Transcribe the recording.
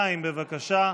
2, בבקשה.